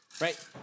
right